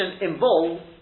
involves